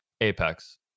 Apex